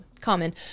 common